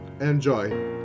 enjoy